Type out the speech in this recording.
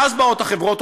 ואז באות החברות,